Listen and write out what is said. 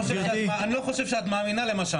אני לא חושב שאת מאמינה למה שאמרת עכשיו.